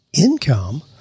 income